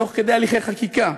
תוך כדי הליכי חקיקה,